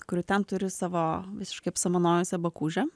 kuri ten turi savo visiškai apsamanojusią bakūžę